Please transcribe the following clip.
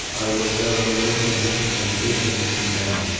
i will go and awaken him, and bid him come down.